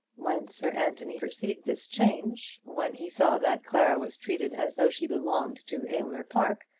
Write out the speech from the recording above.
when sir anthony perceived this change when he saw that clara was treated as though she belonged to aylmer park,